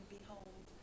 behold